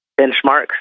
benchmarks